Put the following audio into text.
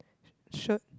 shirt